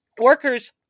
workers